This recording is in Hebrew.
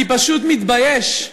אני פשוט מתבייש.